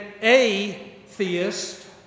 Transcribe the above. atheist